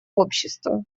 общество